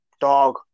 Dog